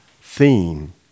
theme